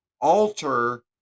alter